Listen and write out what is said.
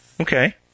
Okay